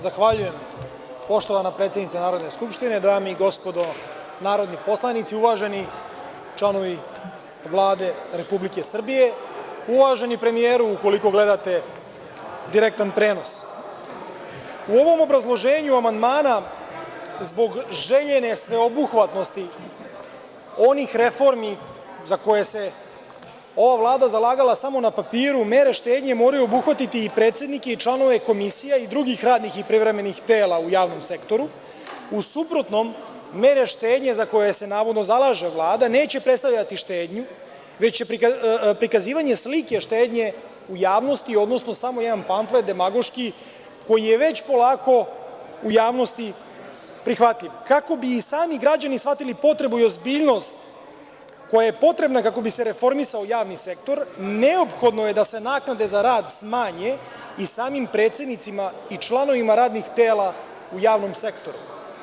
Zahvaljujem poštovana predsednice Narodne skupštine, dame i gospodo narodni poslanici, uvaženi članovi Vlade, uvaženi premijeru ukoliko gledate direktan prenos, u ovom obrazloženju amandmana zbog željene sveobuhvatnosti onih reformi za koje se ova Vlada zalagala samo na papiru, mere štednje moraju obuhvatiti i predsednike i članove komisija i drugih radnih i privremenih tela u javnom sektoru, u suprotnom, mere štednje za koje se navodno zalaže Vlada, neće predstavljati štednju, već će prikazivanje slike štednje u javnosti, samo jedan pamflet demagoški, koji je već polako u javnosti prihvatljiv, kako bi i sami građani shvatili potrebu i ozbiljnost koja je potrebna kako bi se reformisao javni sektor, neophodno je da se naknade za rad smanje i samim predsednicima i članovima radnih tela u javnom sektoru.